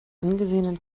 angesehenen